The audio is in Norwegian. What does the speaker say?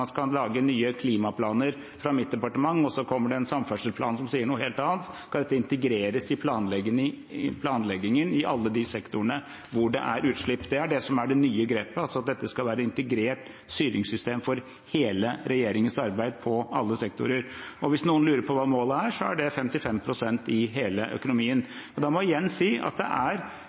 lage nye klimaplaner fra mitt departement og så kommer det en samferdselsplan som sier noe helt annet, så skal dette integreres i planleggingen i alle de sektorene hvor det er utslipp. Det er det som er det nye grepet, altså at dette skal være et integrert styringssystem for hele regjeringens arbeid på alle sektorer. Hvis noen lurer på hva målet er, så er det 55 pst. i hele økonomien. Da må jeg igjen si at det er